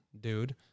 dude